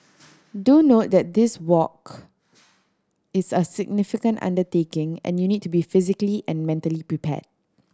do note that this walk is a significant undertaking and you need to be physically and mentally prepared